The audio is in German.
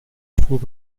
fuhr